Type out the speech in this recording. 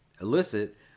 elicit